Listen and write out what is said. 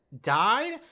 died